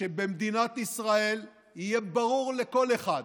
שבמדינת ישראל יהיה ברור לכל אחד,